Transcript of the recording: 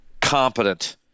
competent